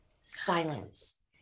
silence